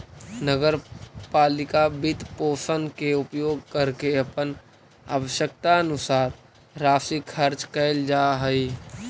नगर पालिका वित्तपोषण के उपयोग करके अपन आवश्यकतानुसार राशि खर्च कैल जा हई